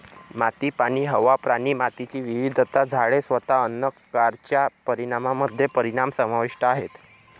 माती, पाणी, हवा, प्राणी, मातीची विविधता, झाडे, स्वतः अन्न कारच्या परिणामामध्ये परिणाम समाविष्ट आहेत